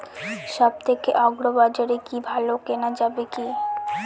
সব থেকে আগ্রিবাজারে কি ভালো কেনা যাবে কি?